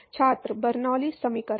छात्र बर्नौली समीकरण